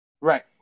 Right